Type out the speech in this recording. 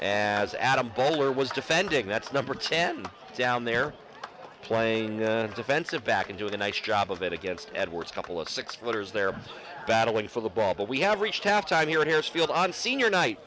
as adam bowler was defending that's number ten down there playing a defensive back into a nice job of it against edwards couple of six footers they're battling for the ball but we have reached halftime here at his field on senior night